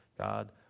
God